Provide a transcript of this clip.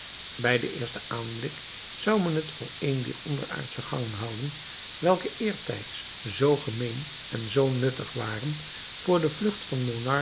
bij den eersten aanblik zou men het voor een dier onderaardsche gangen houden welke eertijds zoo gemeen en zoo nuttig waren voor de vlucht van